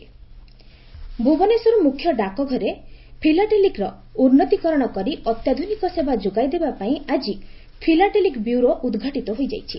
philatelic bureau Bhubaneswar ମୁଖ୍ୟ ଡାକଘରେ ଫିଲାଟେଲିକ୍ର ଉନ୍ତିକରଣ କରି ଅତ୍ୟାଧୁନିକ ସେବାଯୋଗାଇ ଦେବା ପାଇଁ ଆଜି ଫିଲାଟେଲିକ୍ ବ୍ୟରୋ ଉଦ୍ଘାଟିତ ହୋଇଯାଇଛି